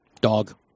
Dog